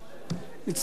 מצטרף לברכות.